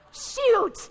Shoot